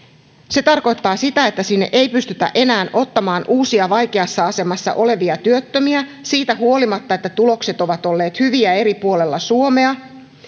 se tarkoittaa sitä että niihin ei pystytä enää ottamaan uusia vaikeassa asemassa olevia työttömiä siitä huolimatta että tulokset ovat olleet hyviä eri puolilla suomea